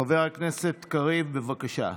חבר הכנסת קריב, בבקשה.